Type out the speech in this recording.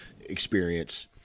experience